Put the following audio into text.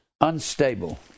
unstable